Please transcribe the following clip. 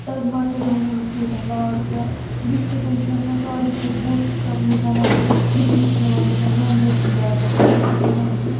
تہٕ حظ مہ کٔرہون أمِس یوٗتاہ لاڈ پیار یِتھے کٔنۍ چھُ آسان ساروی کھۄتہٕ بوٚڑ سِتم یُس زَن اسہِ وِچھنہ چھُ یِوان یِمن جَنریشن گیپن منٛز أسی چھِ وُچھان کہِ